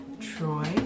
Troy